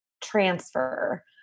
transfer